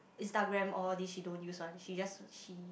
Instagram all these she don't use one she just she